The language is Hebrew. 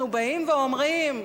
אנחנו באים ואומרים: